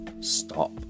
stop